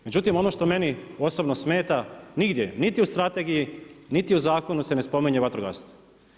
Međutim, ono što meni osobno smeta, nigdje, niti u strategiji niti u zakonu se ne spominju vatrogasci.